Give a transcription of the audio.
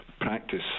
practice